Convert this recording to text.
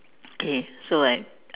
okay so I